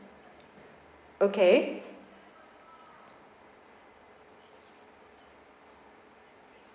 okay